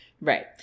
Right